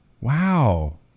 Wow